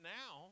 now